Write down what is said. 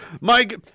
Mike